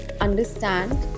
understand